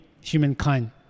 humankind